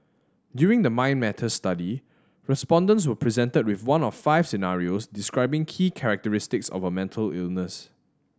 during the Mind Matters study respondents were presented with one of five scenarios describing key characteristics of a mental illness